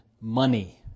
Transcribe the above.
money